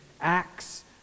acts